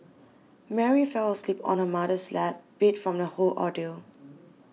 Mary fell asleep on her mother's lap beat from the whole ordeal